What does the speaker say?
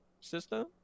system